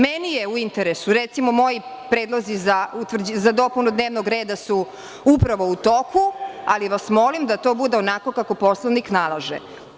Meni je u interesu, recimo moji predlozi za dopunu dnevnog reda su upravo u toku, ali vas molim da to bude onako kako Poslovnik nalaže.